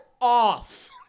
off